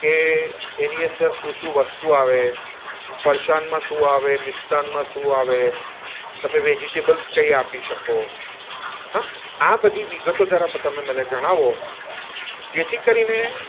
કે એની અંદર શું શું વસ્તુ આવે ફરસાણમાં શું આવે મિષ્ટાનમાં શું આવે તમે વેજિટેબલ્સ કઈ આપી શકો હાં આ બધી વિગતો જરા તમે મને જણાવો જેથી કરીને